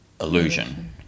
illusion